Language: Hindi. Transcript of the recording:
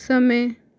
समय